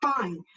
Fine